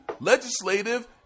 legislative